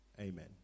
amen